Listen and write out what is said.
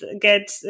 get